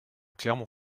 clermont